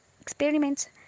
experiments